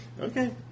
Okay